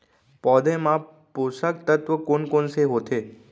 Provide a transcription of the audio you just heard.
पौधे मा पोसक तत्व कोन कोन से होथे?